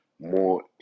more